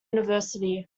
university